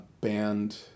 band